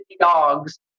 dogs